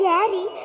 Daddy